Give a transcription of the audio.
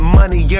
money